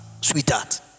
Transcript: Sweetheart